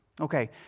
Okay